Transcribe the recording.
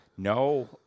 No